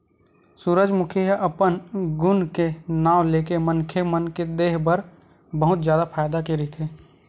सूरजमूखी ह अपन गुन के नांव लेके मनखे मन के देहे बर बहुत जादा फायदा के रहिथे